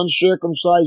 uncircumcised